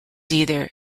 either